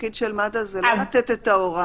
התפקיד של מד"א זה לא לתת את ההוראה,